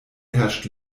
herrscht